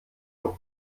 durch